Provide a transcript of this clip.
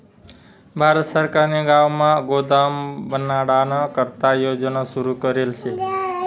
भारत सरकारने गावमा गोदाम बनाडाना करता योजना सुरू करेल शे